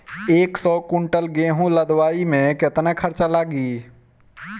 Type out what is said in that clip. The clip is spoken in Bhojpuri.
एक सौ कुंटल गेहूं लदवाई में केतना खर्चा लागी?